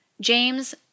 James